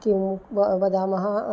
किं व वदामः